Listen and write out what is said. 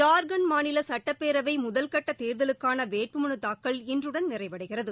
ஜார்க்கண்ட மாநில சட்டப்பேரவை முதல்கட்ட தேர்தலுக்கான வேட்புமனு தூக்கல் இன்றுடன் நிறைவடைகிறது